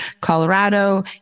Colorado